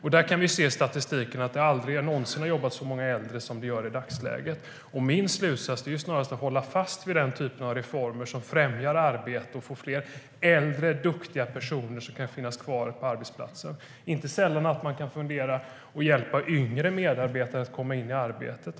Vi kan se i statistiken att det aldrig någonsin har jobbat så många äldre som det gör i dagsläget. Min slutsats är snarast att vi ska hålla fast vid den typ av reformer som främjar arbete och får fler äldre, duktiga personer att finnas kvar på arbetsplatsen. Inte sällan handlar det om att man kan fundera på att de kan hjälpa yngre medarbetare att komma in i arbetet.